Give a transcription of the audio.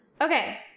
Okay